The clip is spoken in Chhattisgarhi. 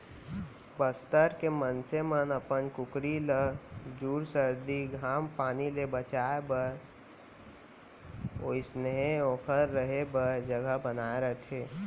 बस्तर के मनसे मन अपन कुकरी ल जूड़ सरदी, घाम पानी ले बचाए बर ओइसनहे ओकर रहें बर जघा बनाए रथें